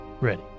ready